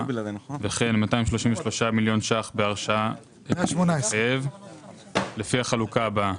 וכן 233 מיליון שקלים בהרשאה להתחייב לפי החלוקה הבאה: